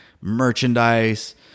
merchandise